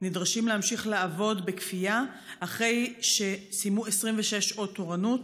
נדרשים להמשיך לעבוד בכפייה אחרי שסיימו 26 שעות תורנות.